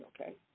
okay